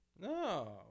No